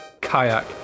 Kayak